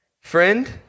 friend